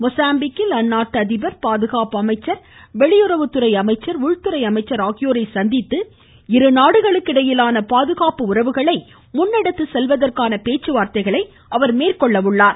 மொசாம்பிக்கில் அந்நாட்டு அதிபா் பாதுகாப்பு அமைச்சா் வெளியுறவுத்துறை அமைச்சர் உள்துறை அமைச்சர் ஆகியோரை சந்தித்து இரு நாடுகளுக்கு இடையிலான பாகுகாப்பு உறவை செயல்வதற்கான பேச்சுவார்த்தைகளை மேற்கொள்கிறார்